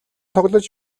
тоглож